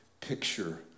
picture